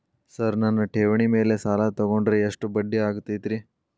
Sir ನನ್ನ ಠೇವಣಿ ಮೇಲೆ ಸಾಲ ತಗೊಂಡ್ರೆ ಎಷ್ಟು ಬಡ್ಡಿ ಆಗತೈತ್ರಿ?